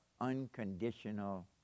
unconditional